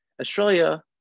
Australia